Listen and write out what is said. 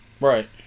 Right